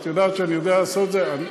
את יודעת שאני יכול לעשות את זה.